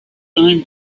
time